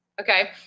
Okay